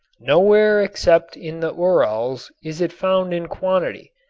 nowhere except in the urals is it found in quantity,